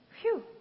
phew